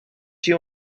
you